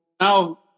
Now